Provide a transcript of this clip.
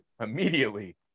immediately